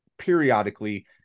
periodically